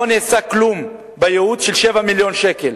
לא נעשה כלום בייעוץ של 7 מיליוני שקלים.